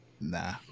Nah